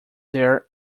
their